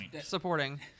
supporting